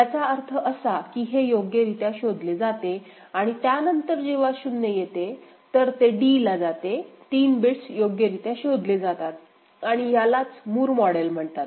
याचा अर्थ असा की हे योग्यरीत्या शोधले जाते आणि त्यानंतर जेव्हा शुन्य येते तर ते d ला जाते तीन बिट्स योग्यरीत्या शोधले जातात आणि यालाच मूर मॉडेल म्हणतात